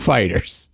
Fighters